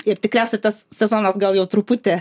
ir tikriausiai tas sezonas gal jau truputį